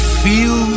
feel